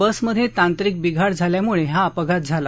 बसमध्ये तांत्रिक बिघाड झाल्यामुळे हा अपघात झाला